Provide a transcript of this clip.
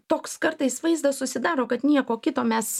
toks kartais vaizdas susidaro kad nieko kito mes